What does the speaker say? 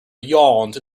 yawned